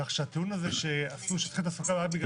כך שהטיעון הזה שיעשו שטחי תעסוקה רק בגלל